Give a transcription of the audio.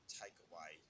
takeaway